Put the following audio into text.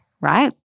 right